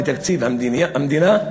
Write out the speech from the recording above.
מתקציב המדינה,